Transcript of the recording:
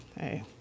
hey